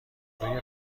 روی